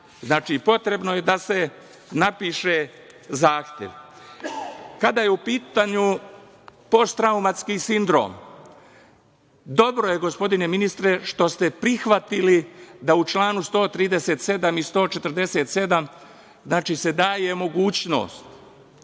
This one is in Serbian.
Potrebno je da se napiše zahtev. Kada je u pitanju postraumatski sindrom. Dobro je, gospodine ministre, što ste prihvatili da u članu 137 i 147. se daje mogućnost,